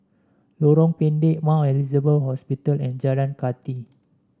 Lorong Pendek Mount Elizabeth Hospital and Jalan Kathi